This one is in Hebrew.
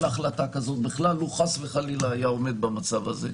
החלטה כזו אם חס וחלילה הוא היה עומד במצב הזה.